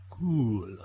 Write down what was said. cool